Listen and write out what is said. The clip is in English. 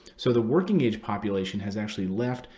so the working age population has actually left,